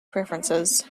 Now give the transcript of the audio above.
preferences